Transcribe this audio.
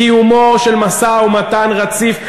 קיומו של משא-ומתן רציף.